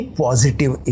positive